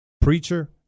preacher